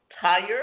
tired